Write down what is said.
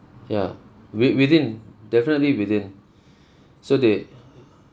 ya wi~ within definitely within so they